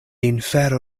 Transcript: infero